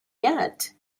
yet